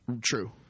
True